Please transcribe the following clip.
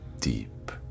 deep